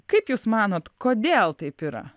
kaip jūs manot kodėl taip yra